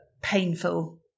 painful